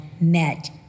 met